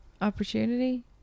Opportunity